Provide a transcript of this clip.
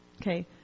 Okay